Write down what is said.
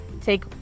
Take